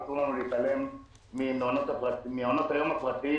אסור לנו להתעלם ממעונות היום הפרטיים